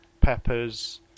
peppers